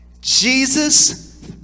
Jesus